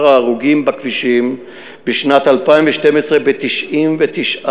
ההרוגים בכבישים בשנת 2012 במדינת ישראל,